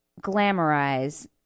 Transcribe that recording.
glamorize